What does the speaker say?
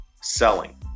selling